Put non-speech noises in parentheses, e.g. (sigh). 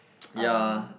(noise) ya